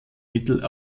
mittel